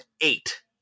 eight